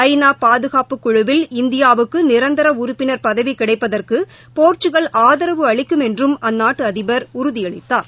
ஐ நா பாதுகாப்பு குழுவில் இந்தியாவுக்கு நிரந்தர உறுப்பினர் பதவி கிடைப்பதற்கு போர்ச்சுக்கல் ஆதரவு அளிக்கும் என்றும் அந்நாட்டு அதிபர் உறுதியளித்தார்